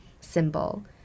symbol